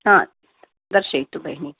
हा दर्शयतु बेहिनी